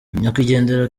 nyakwigendera